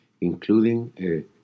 including